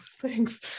thanks